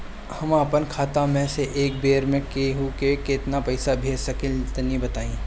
हम आपन खाता से एक बेर मे केंहू के केतना पईसा भेज सकिला तनि बताईं?